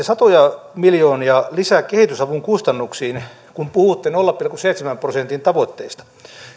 satoja miljoonia kehitysavun kustannuksiin kun puhutte nolla pilkku seitsemän prosentin tavoitteesta